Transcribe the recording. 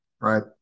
right